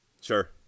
Sure